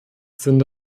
sind